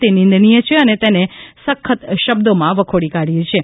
તે નિંદનીય છે અને તેને સશ્ન શબ્દોમાં વખોડી કાઢીએ છીએ